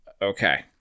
Okay